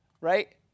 right